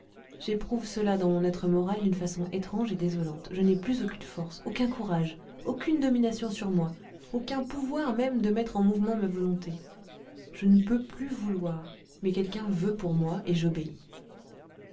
j'éprouve cela dans mon être moral d'une façon étrange et désolante je n'ai plus aucune force aucun courage aucune domination sur moi aucun pouvoir même de mettre en mouvement ma volonté je ne peux plus vouloir mais quelqu'un veut pour moi et j'obéis